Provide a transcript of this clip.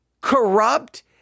corrupt